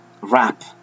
wrap